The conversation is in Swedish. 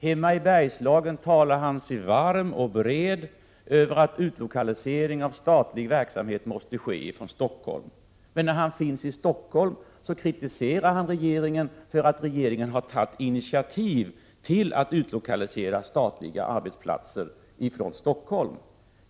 Hemma i — 11 december 1987 Bergslagen talar han sig varm för att utlokalisering av statlig verksamhet måste ske från Stockholm, men när han är i Stockholm kritiserar han regeringen för att den har tagit initiativ till att utlokalisera statliga arbetsplatser från Stockholm.